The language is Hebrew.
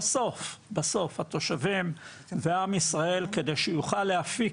בסוף התושבים ועם ישראל כדי שיוכל להפיק